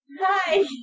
Hi